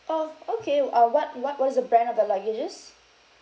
orh okay uh what what was the brand of the luggages